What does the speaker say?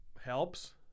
helps